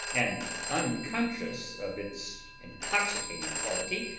and unconscious of its intoxicating quality,